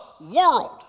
world